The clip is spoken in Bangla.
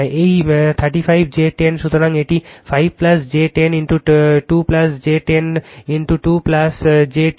এই 3 5 j 10 সুতরাং এটি 5 j 10 2 j 10 2 j 10